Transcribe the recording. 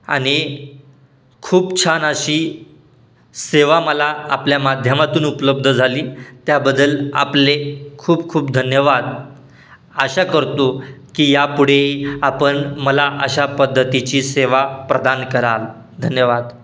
आणि खूप छान अशी सेवा मला आपल्या माध्यमातून उपलब्ध झाली त्याबद्दल आपले खूप खूप धन्यवाद आशा करतो की या पुढे आपण मला अशा पद्धतीची सेवा प्रदान कराल धन्यवाद